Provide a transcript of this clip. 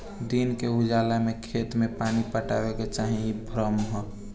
दिन के उजाला में खेत में पानी पटावे के चाही इ भ्रम ह